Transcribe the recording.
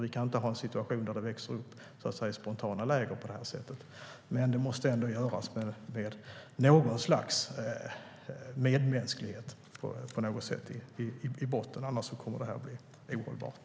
Vi kan inte ha en situation där det växer upp spontana läger på det här sättet. Men det måste ändå göras med något slags medmänsklighet i botten, för annars kommer det att bli ohållbart.